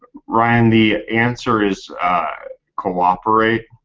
ryan, the answer is cooperate.